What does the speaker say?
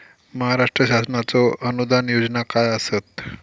महाराष्ट्र शासनाचो अनुदान योजना काय आसत?